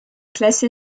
classée